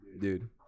Dude